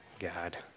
God